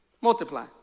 Multiply